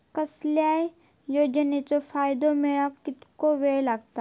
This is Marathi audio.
कसल्याय योजनेचो फायदो मेळाक कितको वेळ लागत?